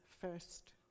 first